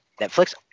Netflix